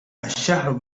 الشهر